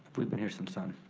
we've been here since then.